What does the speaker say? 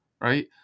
Right